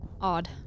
Odd